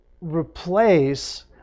replace